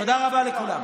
תודה רבה לכולם.